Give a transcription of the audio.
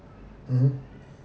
mmhmm